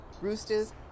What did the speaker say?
Rooster's